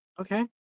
Okay